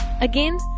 Again